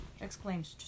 exclaimed